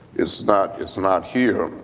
it's not, it's not here.